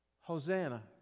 Hosanna